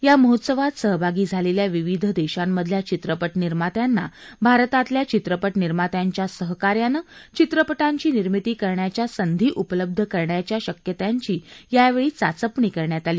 या महोत्सवात सहभागी झालेल्या विविध देशांमधल्या चित्रपट निर्मात्यांना भारतातल्या चित्रपट निर्मात्यांच्या सहकार्यानं चित्रपटांची निर्मीती करण्याच्या संधी उपलब्ध करण्याच्या शक्यतांची यावेळी चाचपणी करण्यात आली